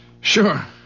Sure